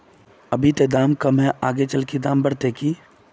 अभी ते दाम कम है आगे जाके दाम बढ़ते की?